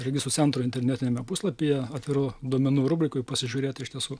registrų centro internetiniame puslapyje atvirų duomenų rubrikoj pasižiūrėt iš tiesų